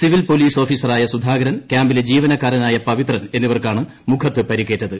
civil police ഓഫീസറായ സുധാകരൻ ക്യാമ്പിലെ ജീവനക്കാരനായ പവിത്രൻ എന്നിവർക്കാണ് മുഖത്ത് പരിക്കേറ്റത്